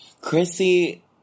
Chrissy